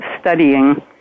studying